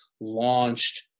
launched